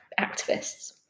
activists